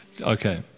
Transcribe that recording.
Okay